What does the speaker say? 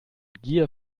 gier